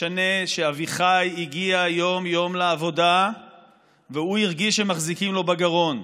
משנה שאביחי הגיע יום-יום לעבודה והוא הרגיש שמחזיקים לו בגרון,